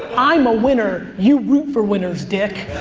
i'm a winner, you root for winners, dick.